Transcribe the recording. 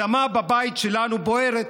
האדמה בבית שלנו בוערת,